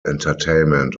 entertainment